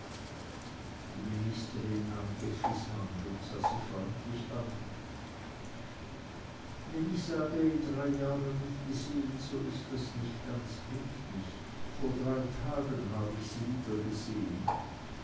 die ministerin nahm effis hand und sah sie freundlich an wenn ich sage in drei jahren nicht gesehen so ist das nicht ganz richtig vor drei tagen habe ich sie